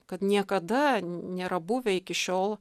kad niekada nėra buvę iki šiol